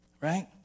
Right